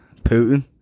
Putin